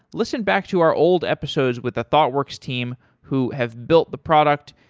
listen back to our old episodes with the thoughtworks team who have built the product.